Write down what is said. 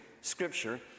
Scripture